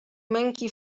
męki